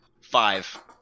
five